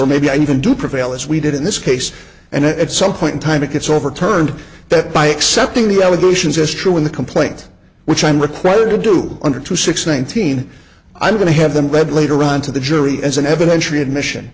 or maybe even to prevail as we did in this case and at some point in time it gets overturned that by accepting the evolutions as true in the complaint which i'm required to do under two six nineteen i'm going to have them read later on to the jury as an evidentiary admission